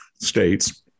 States